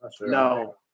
No